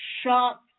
shock